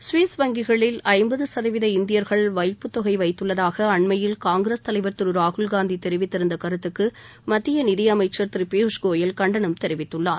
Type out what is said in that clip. Swiss வங்கிகளில் ஐம்பது சதவீத இந்தியர்கள் வைப்புத்தொகை வைத்துள்ளதாக அண்மையில் காங்கிரஸ் தலைவர் திரு ராகுல்காந்தி தெரிவித்திருந்த கருத்துக்கு மத்திய நிதியமைச்சர் திரு பியூஷ் கோயல் கண்டனம் தெரிவித்துள்ளார்